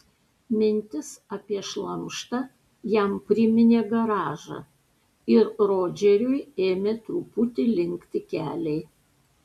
mintis apie šlamštą jam priminė garažą ir rodžeriui ėmė truputį linkti keliai